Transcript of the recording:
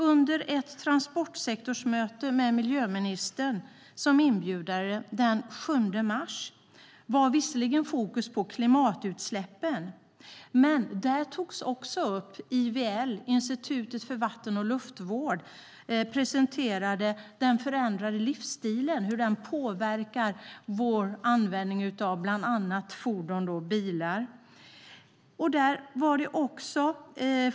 Under ett transportsektorsmöte med miljöministern som inbjudare den 7 mars var fokus visserligen på klimatutsläppen, men Institutet för vatten och luftvård, IVL, presenterade hur den förändrade livsstilen påverkar vår användning av fordon bland annat.